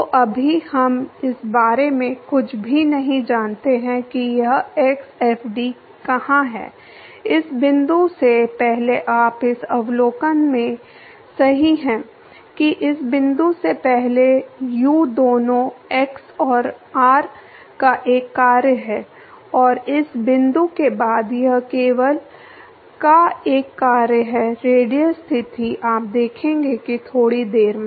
तो अभी हम इस बारे में कुछ भी नहीं जानते हैं कि यह x fd कहाँ है इस बिंदु से पहले आप इस अवलोकन में सही हैं कि इस बिंदु से पहले u दोनों x और r का एक कार्य है और इस बिंदु के बाद यह केवल का एक कार्य है रेडियल स्थिति आप देखेंगे कि थोड़ी देर में